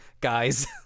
guys